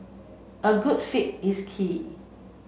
a good fit is key